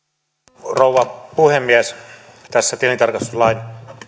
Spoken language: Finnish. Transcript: arvoisa rouva puhemies tässä tilintarkastuslain